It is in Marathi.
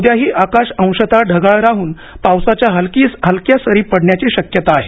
उद्याही आकाश अंशतः ढगाळ राहून पावसाच्या हलक्या सारी पडण्याची शक्यता आहे